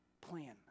plan